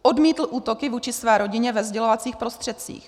Odmítl útoky vůči své rodině ve sdělovacích prostředcích.